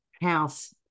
house